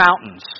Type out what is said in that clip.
mountains